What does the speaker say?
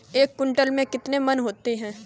एक क्विंटल में कितने मन होते हैं?